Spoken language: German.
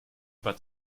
aber